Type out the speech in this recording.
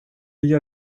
gör